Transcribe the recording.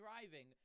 driving